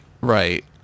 right